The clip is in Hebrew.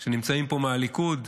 שנמצאים פה מהליכוד,